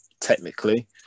technically